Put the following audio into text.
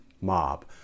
mob